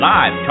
Live